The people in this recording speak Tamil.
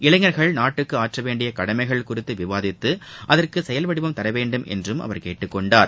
இளைஞர்கள் நாட்டுக்கு ஆற்றவேண்டிய கடமைகள் குறித்து விவாதித்து அகற்கு செயல் வடிவம் தரவேண்டும் என்றும் அவர் கேட்டுக்கொண்டார்